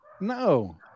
No